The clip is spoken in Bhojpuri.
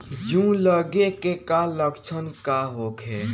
जूं लगे के का लक्षण का होखे?